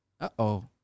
Uh-oh